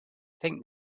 think